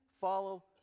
follow